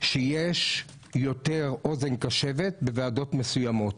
שיש יותר אוזן קשבת בוועדות מסוימות